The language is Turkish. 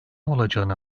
olacağını